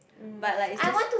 but like it's just